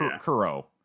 Kuro